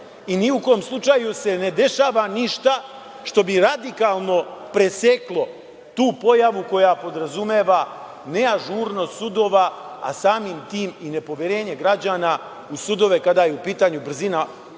i ni u kom slučaju se ne dešava ništa što bi radikalno preseklo tu pojavu koja podrazumeva ne ažurnost sudova, a samim tim i nepoverenje građana u sudove kada je u pitanju brzina odlučivanja